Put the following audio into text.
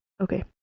Okay